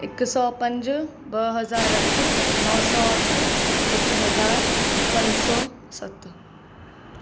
हिकु सौ पंज ॿ हज़ार अठ नव सौ अठ हिकु हज़ारु पंज सौ सत